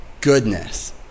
goodness